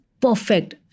perfect